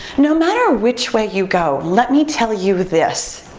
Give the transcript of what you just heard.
no matter which way you go, let me tell you this,